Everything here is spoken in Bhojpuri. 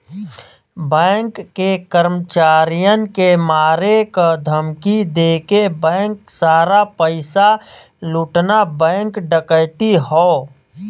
बैंक के कर्मचारियन के मारे क धमकी देके बैंक सारा पइसा लूटना बैंक डकैती हौ